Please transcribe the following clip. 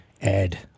Ed